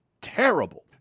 terrible